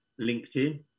LinkedIn